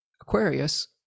Aquarius